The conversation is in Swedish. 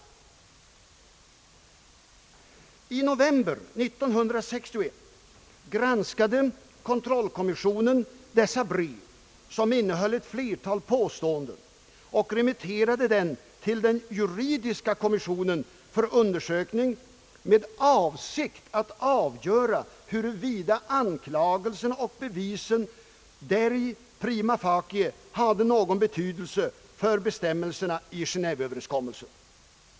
I november 1961 granskade kommissionen dessa brev som innehöll ett flertal påståenden och remitterade dem till den juridiska kommittén för undersökning ”med avsikt att avgöra huruvida anklagelserna och bevisen däri prima facie har någon betydelse för bestämmelserna i Geneéveöverenskommelsen”.